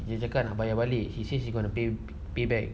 dia cakap nak bayar balik she say she gonna pay pay back